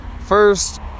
first